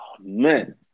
man